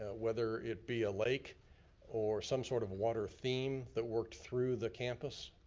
ah whether it be a lake or some sort of water theme that worked through the campus.